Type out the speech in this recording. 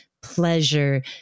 pleasure